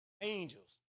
Angels